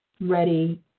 ready